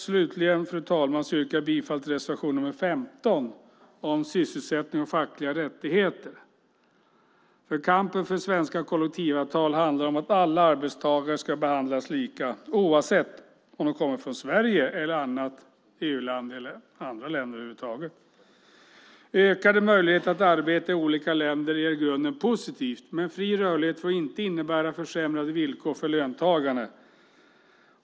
Slutligen, fru talman, yrkar jag bifall till reservation nr 15 om sysselsättning och fackliga rättigheter. Kampen för svenska kollektivavtal handlar om att alla arbetstagare ska behandlas lika, oavsett om de kommer från Sverige, annat EU-land eller andra länder. Ökade möjligheter att arbeta i olika länder är i grunden positivt, men fri rörlighet får inte innebära försämrade villkor för löntagarna.